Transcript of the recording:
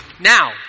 now